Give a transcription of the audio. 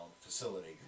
facility